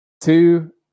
two